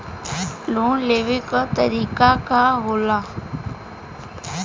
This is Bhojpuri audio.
लोन लेवे क तरीकाका होला?